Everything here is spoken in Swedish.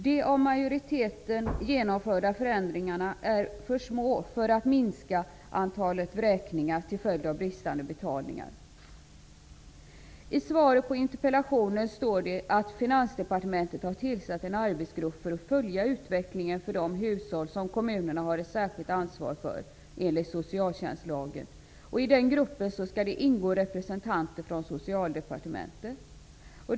De av majoriteten genomförda förändringarna är för små för att minska antalet vräkningar till följd av brist på betalningar. I interpellationssvaret står det att Finansdepartementet har tillsatt en arbetsgrupp för att följa utvecklingen för de hushåll som kommunerna har ett särskilt ansvar för enligt socialtjänstlagen. I den gruppen skall bl.a. representanter från Socialdepartementet ingå.